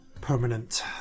permanent